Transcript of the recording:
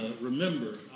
remember